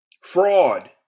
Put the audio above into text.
Fraud